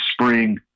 spring